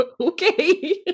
Okay